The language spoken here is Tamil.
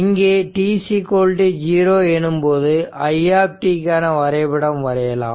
இங்கே t0 எனும்போது i க்கான வரைபடம் வரையலாம்